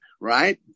Right